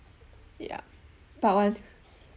yeah part one